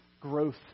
growth